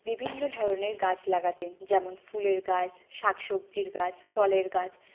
বিভিন্ন ধরনের গাছ লাগাতেন যেমন ফুলের গাছ শাক সবজির গাছ ফলের গাছ